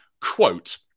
quote